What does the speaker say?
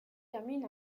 termine